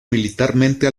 militarmente